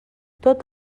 tot